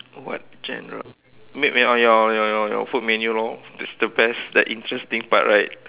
what genre made made your your your your food menu lor it's the best that interesting part right